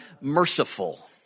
merciful